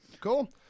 Cool